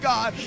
God